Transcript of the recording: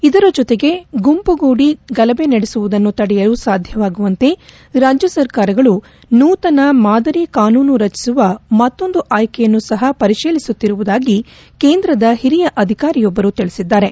ಇದರ ಜೊತೆಗೆ ಗುಂಪುಗೂಡಿ ಗಲಭೆ ನಡೆಸುವುದನ್ನು ತಡೆಯಲು ಸಾಧ್ಯವಾಗುವಂತೆ ರಾಜ್ಯ ಸರ್ಕಾರಗಳು ನೂತನ ಮಾದರಿ ಕಾನೂನು ರಚಿಸುವ ಮತ್ತೊಂದು ಆಯ್ಕೆಯನ್ನು ಸಹ ಪರಿಶೀಲಿಸುತ್ತಿರುವುದಾಗಿ ಕೇಂದ್ರದ ಹಿರಿಯ ಅಧಿಕಾರಿಯೊಬ್ಬರು ತಿಳಿಸಿದ್ದಾರೆ